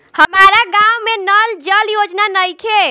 हमारा गाँव मे नल जल योजना नइखे?